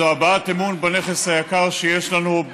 זו הבעת אמון בנכס היקר שיש לנו,